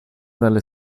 dalle